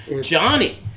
Johnny